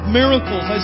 miracles